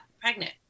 pregnant